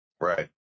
Right